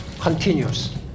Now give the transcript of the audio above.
continues